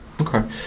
Okay